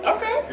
Okay